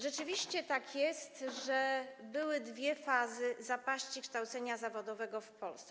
Rzeczywiście tak jest, że były dwie fazy zapaści kształcenia zawodowego w Polsce.